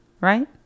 right